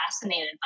fascinated